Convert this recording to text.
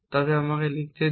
তবে আমাকে লিখতে দিন